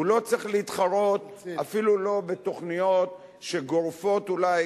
הוא לא צריך להתחרות אפילו בתוכניות שגורפות אולי